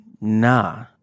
nah